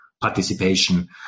participation